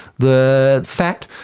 the fat,